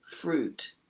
fruit